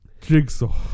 jigsaw